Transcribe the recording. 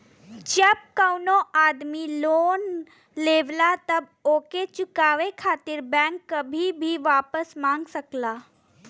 जब कउनो आदमी लोन लेवला तब ओके चुकाये खातिर बैंक कभी भी वापस मांग सकला